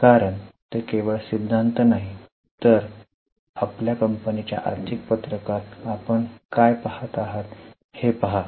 कारण ते केवळ सिद्धांत नाही तर आपल्या कंपनीच्या आर्थिक पत्रकात आपण काय पहात आहात हे पहा